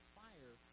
fire